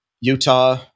Utah